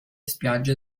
spiagge